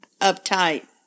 uptight